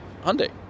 Hyundai